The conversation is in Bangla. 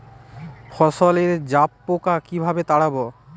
ফসলে জাবপোকা কিভাবে তাড়াব?